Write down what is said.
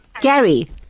Gary